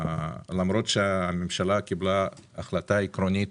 למרות שהממשלה קיבלה החלטה עקרונית